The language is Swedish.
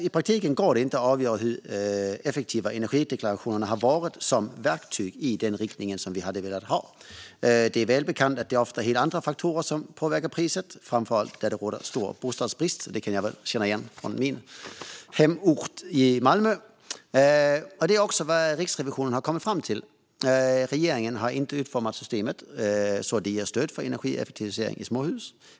I praktiken går det inte att avgöra hur effektiva energideklarationerna har varit som verktyg i den riktning som vi hade velat ha. Det är välbekant att det ofta är helt andra faktorer som påverkar priset, framför allt där det råder stor bostadsbrist. Det kan jag känna igen från min hemort Malmö. Det är också vad Riksrevisionen kommit fram till. Regeringen har inte utformat systemet så att det ger stöd för energieffektivisering i småhus.